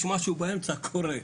יש משהו באמצע קורה,